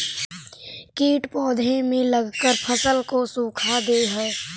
कीट पौधे में लगकर फसल को सुखा दे हई